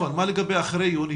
מה לגבי אחרי יוני,